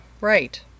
Right